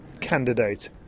candidate